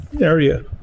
area